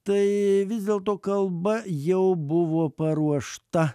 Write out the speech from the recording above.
tai vis dėlto kalba jau buvo paruošta